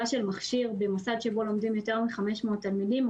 של מכשיר במוסד שבו לומדים יותר מ-500 תלמידים,